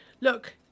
look